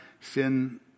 sin